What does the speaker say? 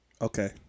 Okay